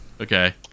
Okay